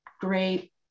Great